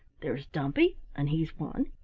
there's dumpy, and he's one,